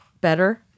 Better